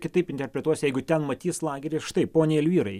kitaip interpretuos jeigu ten matys lagerį štai poniai elvyrai